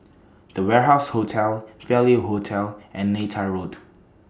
The Warehouse Hotel Value Hotel and Neythai Road